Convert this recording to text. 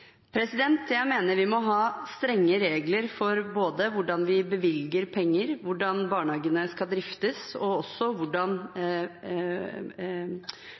Jeg mener vi må ha strenge regler for både hvordan vi bevilger penger, hvordan barnehagene skal driftes, og også